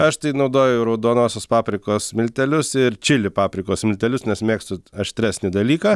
aš tai naudoju raudonosios paprikos miltelius ir čili paprikos miltelius nes mėgstu aštresnį dalyką